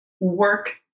work